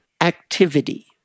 activity